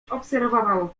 obserwował